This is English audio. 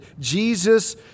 Jesus